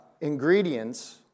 ingredients